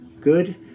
good